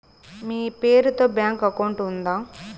మీ పేరు తో bank account ఉందా?